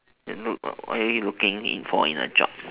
then look what are you looking in for in a job